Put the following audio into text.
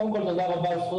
יכול להיות מרשויות